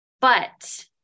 but-